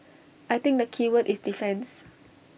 I think the keyword is defence